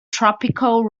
tropical